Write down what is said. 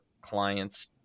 clients